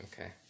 Okay